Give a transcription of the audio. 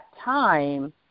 time